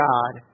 God